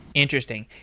interesting.